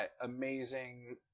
amazing